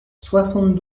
soixante